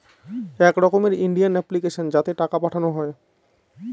এক রকমের Indian application যাতে টাকা পাঠানো হয়